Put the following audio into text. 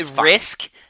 Risk